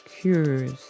cures